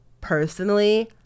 personally